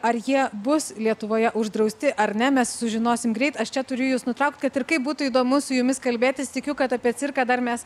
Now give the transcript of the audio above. ar jie bus lietuvoje uždrausti ar ne mes sužinosim greit aš čia turiu jus nutraukt kad ir kaip būtų įdomu su jumis kalbėtis tikiu kad apie cirką dar mes